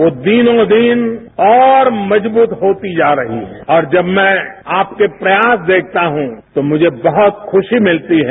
वो दिनों दिन और मजबूत होती जा रही र्ह और जब मै आपसे बात करता हूं तो मुझे बहुत खुशी मिलती है